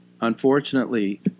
Unfortunately